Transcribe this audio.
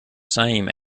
same